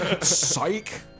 Psych